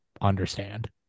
understand